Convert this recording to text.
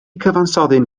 cyfansoddyn